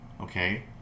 okay